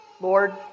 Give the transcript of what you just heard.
Lord